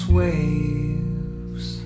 waves